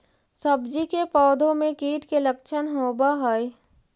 सब्जी के पौधो मे कीट के लच्छन होबहय?